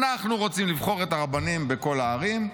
אנחנו רוצים לבחור את הרבנים בכל הערים.